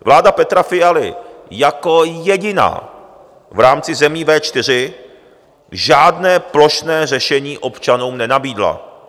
Vláda Petra Fialy jako jediná v rámci zemí V4 žádné plošné řešení občanům nenabídla.